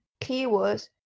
keywords